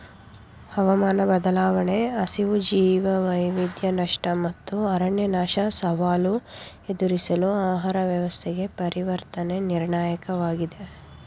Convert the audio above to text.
ಹವಾಮಾನ ಬದಲಾವಣೆ ಹಸಿವು ಜೀವವೈವಿಧ್ಯ ನಷ್ಟ ಮತ್ತು ಅರಣ್ಯನಾಶ ಸವಾಲು ಎದುರಿಸಲು ಆಹಾರ ವ್ಯವಸ್ಥೆಗೆ ಪರಿವರ್ತನೆ ನಿರ್ಣಾಯಕವಾಗಿದೆ